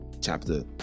Chapter